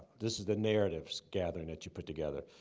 this is the narratives gathering that you put together.